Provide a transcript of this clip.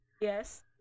Yes